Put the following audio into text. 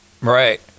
Right